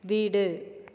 வீடு